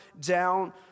down